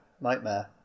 Nightmare